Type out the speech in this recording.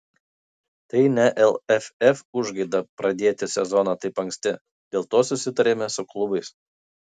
tai ne lff užgaida pradėti sezoną taip anksti dėl to susitarėme su klubais